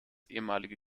ehemalige